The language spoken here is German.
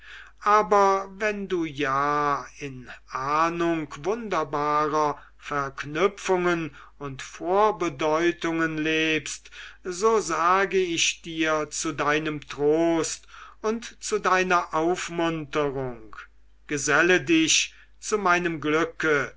aber wenn du ja in ahnung wunderbarer verknüpfungen und vorbedeutungen lebst so sage ich dir zu deinem trost und zu deiner aufmunterung geselle dich zu meinem glücke